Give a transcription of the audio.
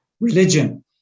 religion